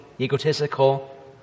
egotistical